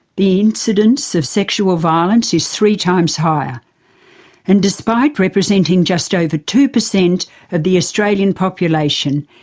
the incidence of sexual violence is three times higher and despite representing just over two percent of the australian population,